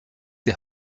die